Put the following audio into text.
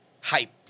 hype